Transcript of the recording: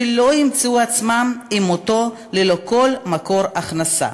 שלא ימצאו עצמם עם מותו ללא כל מקור הכנסה.